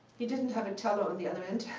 he didn't have a teller on the other end,